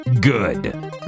Good